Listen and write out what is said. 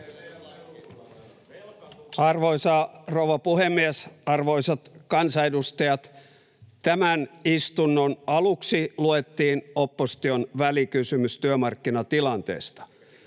Arvoisa rouva puhemies, arvoisat kansanedustajat! Tämän istunnon aluksi luettiin opposition välikysymys työmarkkinatilanteesta.